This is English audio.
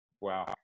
Wow